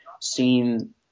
seen